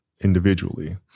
individually